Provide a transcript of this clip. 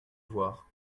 voir